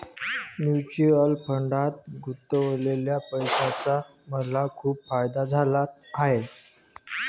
mutual फंडात गुंतवलेल्या पैशाचा मला खूप फायदा झाला आहे